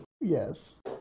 yes